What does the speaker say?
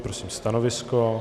Prosím stanovisko.